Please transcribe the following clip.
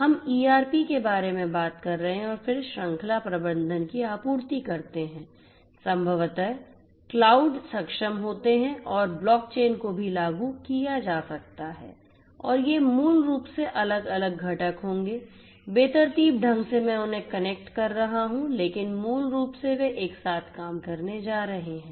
हम ईआरपी के बारे में बात कर रहे हैं फिर श्रृंखला प्रबंधन की आपूर्ति करते हैं संभवतः क्लाउड सक्षम होते हैं और ब्लॉक चेन को भी लागू किया जा सकता है और ये मूल रूप से अलग अलग घटक होंगे बेतरतीब ढंग से मैं उन्हें कनेक्ट कर रहा हूं लेकिन मूल रूप से वे एक साथ काम करने जा रहे हैं